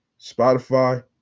Spotify